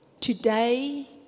Today